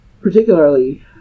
particularly